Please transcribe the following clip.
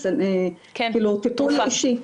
טיפול אישי.